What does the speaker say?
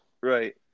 right